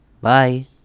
Bye